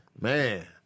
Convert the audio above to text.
Man